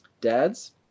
Dads